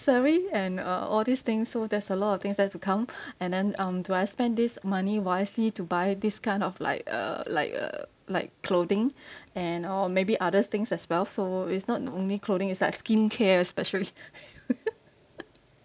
and uh all these things so there's a lot of things tend to come and then um do I spend this money wisely to buy this kind of like uh like uh like clothing and or maybe others things as well so it's not the only clothing is like skincare especially